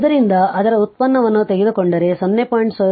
ಆದ್ದರಿಂದ ಅದರ ವ್ಯುತ್ಪನ್ನವನ್ನು ತೆಗೆದುಕೊಂಡರೆ 0